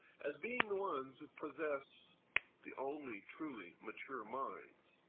as being the ones who possess the only truly mature minds